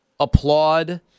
applaud